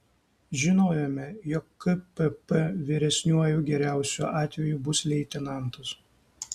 žinojome jog kpp vyresniuoju geriausiu atveju bus leitenantas